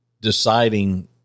Deciding